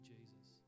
Jesus